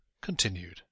Continued